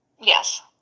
Yes